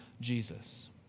Jesus